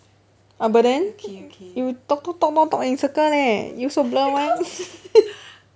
abuden you talk talk talk talk in circle leh you so blur [one]